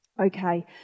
Okay